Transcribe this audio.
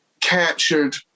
captured